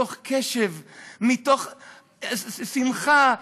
מתוך קשב, מתוך שמחה.